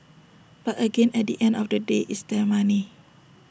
but again at the end of the day it's their money